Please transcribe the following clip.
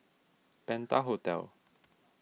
Penta Hotel